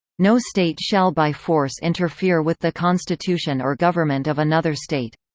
no state shall by force interfere with the constitution or government of another state,